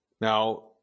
Now